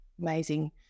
Amazing